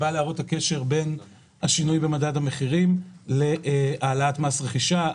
והוא בא להראות את הקשר בין השינוי במדד המחירים להעלאת מס הרכישה.